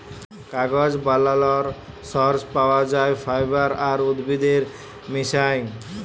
কাগজ বালালর সর্স পাউয়া যায় ফাইবার আর উদ্ভিদের মিশায়